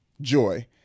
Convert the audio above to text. Joy